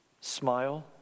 smile